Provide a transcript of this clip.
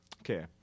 Okay